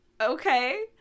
okay